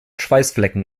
schweißflecken